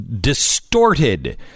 distorted